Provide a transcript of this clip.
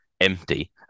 empty